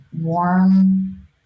warm